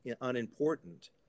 unimportant